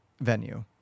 venue